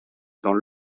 dans